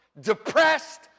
depressed